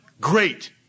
Great